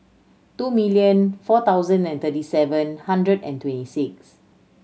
two million four thousand and thirty seven hundred and twenty six